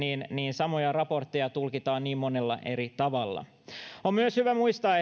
samoja raportteja tulkitaan niin monella eri tavalla on myös hyvä muistaa